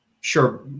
sure